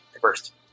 first